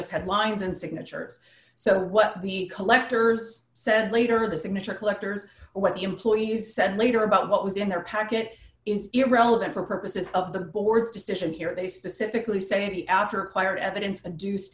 just headlines and signatures so what the collectors said later the signature collectors or what the employees said later about what was in their packet is irrelevant for purposes of the board's decision here they specifically say after acquired evidence